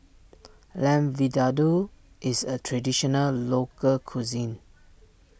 Lamb Vindaloo is a Traditional Local Cuisine